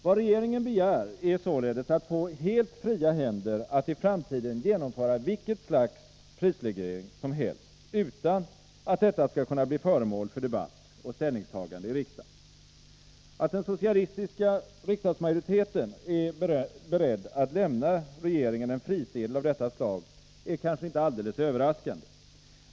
Vad regeringen begär är således att få helt fria händer att i framtiden genomföra vilket slags prisreglering som helst utan att detta skall kunna bli föremål för debatt och ställningstagande i riksdagen. Att den socialistiska riksdagsmajoriteten är beredd att lämna regeringen en frisedel av detta slag är kanske inte alldeles överraskande.